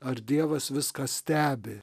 ar dievas viską stebi